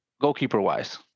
goalkeeper-wise